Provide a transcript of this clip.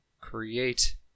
create